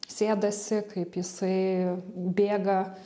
sėdasi kaip jisai bėga